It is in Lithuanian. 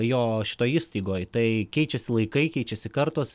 jo šitoj įstaigoj tai keičiasi laikai keičiasi kartos